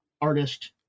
artist